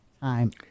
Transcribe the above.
time